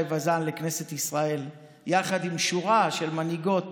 וזאן לכנסת ישראל יחד עם שורה של מנהיגות